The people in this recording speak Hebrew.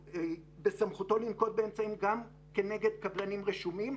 בסמכותו לנקוט באמצעים גם כנגד קבלנים רשומים,